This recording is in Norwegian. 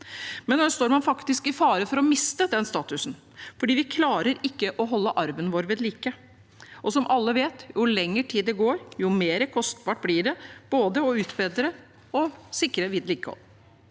men nå står man faktisk i fare for å miste den statusen fordi vi ikke klarer å holde arven vår ved like, og som alle vet: Jo lengre tid det går, jo mer kostbart blir det både å utbedre og sikre vedlikehold.